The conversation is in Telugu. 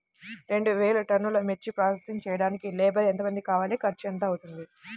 రెండు వేలు టన్నుల మిర్చి ప్రోసెసింగ్ చేయడానికి లేబర్ ఎంతమంది కావాలి, ఖర్చు ఎంత అవుతుంది?